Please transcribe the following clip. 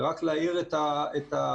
ורק לסבר את האוזן,